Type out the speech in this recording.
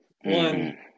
One